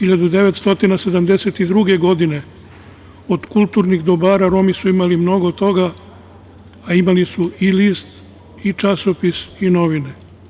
Godine 1972. od kulturnih dobara Romi su imali mnogo toga, a imali su i list i časopis i novine.